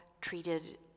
treated